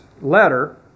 letter